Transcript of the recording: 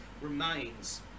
remains